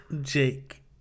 Jake